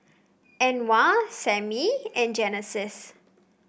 Anwar Sammie and Genesis